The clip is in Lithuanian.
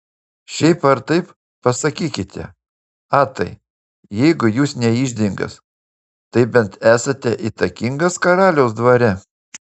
šiaip ar taip pasakykite atai jeigu jūs ne iždininkas tai bent esate įtakingas karaliaus dvare